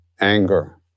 anger